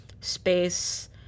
space